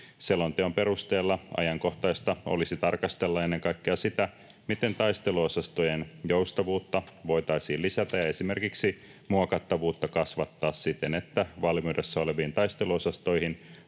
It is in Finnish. Selonteon perusteella ajankohtaista olisi tarkastella ennen kaikkea sitä, miten taisteluosastojen joustavuutta voitaisiin lisätä ja esimerkiksi muokattavuutta kasvattaa siten, että valmiudessa oleviin taisteluosastoihin